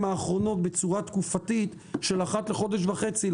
האחרונות בצורה תקופתית של אחת לחודש וחצי,